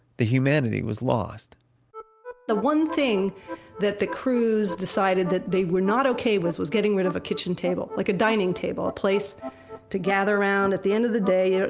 the humanity was lost the one thing that the crews decided that they were not ok with was getting rid of a kitchen table, like a dining table. a place to gather around at the end of the day. yeah